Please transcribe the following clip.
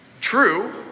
true